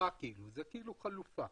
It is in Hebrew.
זאת כאילו חלופה.